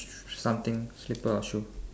something slipper or shoe